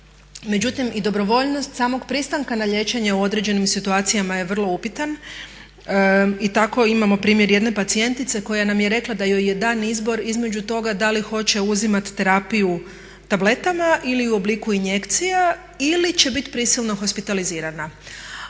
Međutim, i dobrovoljnost samog pristanka na liječenje u određenim situacijama je vrlo upitna. Tako imamo primjer jedne pacijentice koja nam je rekla da joj je dan izbor između toga da li hoće uzimati terapiju tabletama ili u obliku injekcija ili će biti prisilno hospitalizirana.